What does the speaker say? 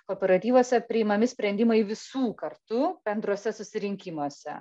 kooperatyvuose priimami sprendimai visų kartu bendruose susirinkimuose